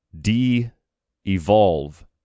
de-evolve